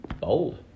bold